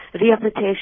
rehabilitation